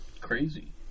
crazy